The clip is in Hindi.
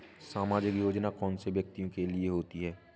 सामाजिक योजना कौन से व्यक्तियों के लिए होती है?